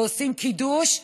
ועושים קידוש,